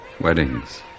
weddings